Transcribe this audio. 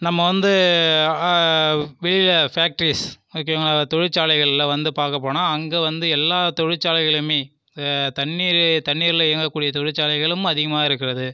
நம்ம வந்து வெளியில் ஃபேக்ட்ரீஸ் ஓகேங்களா தொழிற்சாலைகளில் வந்து பார்க்க போனால் அங்கே வந்து எல்லா தொழிற்சாலையுமே தண்ணீர் தண்ணீர்லேயும் இயங்க கூடிய தொழிற்சாலைகளும் அதிகமாக இருக்கிறது